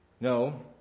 No